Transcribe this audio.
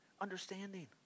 understanding